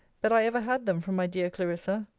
that i ever had them from my dear clarissa.